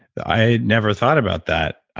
but i never thought about that,